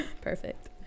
Perfect